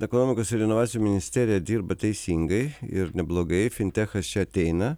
ekonomikos ir inovacijų ministerija dirba teisingai ir neblogai fintechas čia ateina